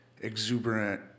exuberant